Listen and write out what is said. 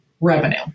revenue